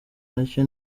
nacyo